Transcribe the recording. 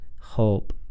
hope